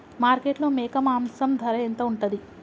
మార్కెట్లో మేక మాంసం ధర ఎంత ఉంటది?